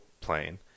plane